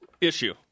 issue